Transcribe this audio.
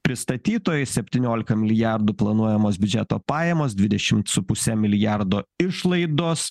pristatytojai septyniolika milijardų planuojamos biudžeto pajamos dvidešimt su puse milijardo išlaidos